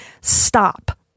stop